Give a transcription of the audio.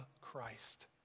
Christ